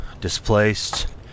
displaced